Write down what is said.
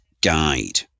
guide